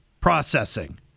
processing